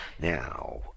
Now